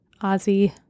Ozzy